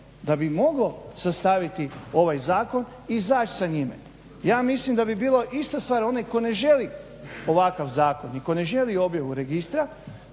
da bi moglo sastaviti ovaj zakon i izaći sa njime. Ja mislim da bi bilo ista stvar onaj tko ne želi ovakav zakon i tko ne želi objavu registra